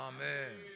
Amen